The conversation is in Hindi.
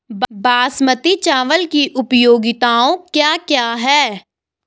बासमती चावल की उपयोगिताओं क्या क्या हैं?